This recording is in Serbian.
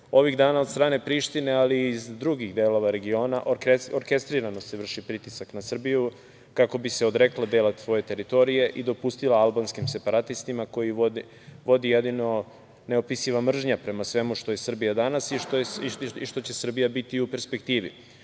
dana od strane Prištine, ali i iz drugih delova regiona, orkestrirano se vrši pritisak na Srbiju kako bi se odrekla dela svoje teritorije i dopustila albanskim separatistima, koje vodi jedino neopisiva mržnja prema svemu što je Srbija danas i što će Srbija biti u perspektivi.